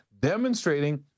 demonstrating